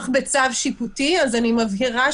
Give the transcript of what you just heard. גם אני לא מוכן.